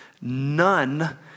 none